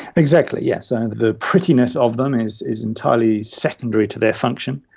exactly, yes, and the prettiness of them is is entirely secondary to their function.